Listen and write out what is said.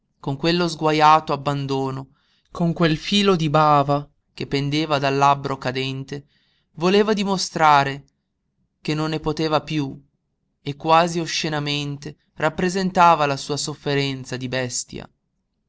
con quello sguajato abbandono con quel filo di bava che pendeva dal labbro cadente voleva dimostrare che non ne poteva piú e quasi oscenamente rappresentava la sua sofferenza di bestia